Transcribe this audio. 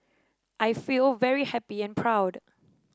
I feel very happy and proud